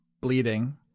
bleeding